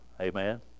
Amen